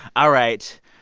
all right.